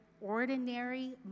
ordinary